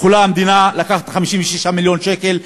המדינה יכולה לקחת 56 מיליון שקלים,